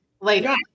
later